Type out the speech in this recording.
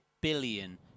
billion